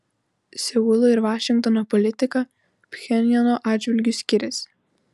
seulo ir vašingtono politika pchenjano atžvilgiu skiriasi